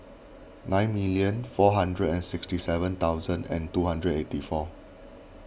nine million four hundred and sixty seven thousand and two hundred eighty four